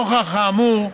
נוכח האמור,